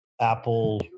apple